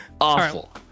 Awful